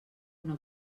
una